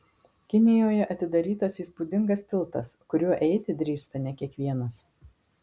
kinijoje atidarytas įspūdingas tiltas kuriuo eiti drįsta ne kiekvienas